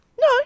No